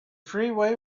freeway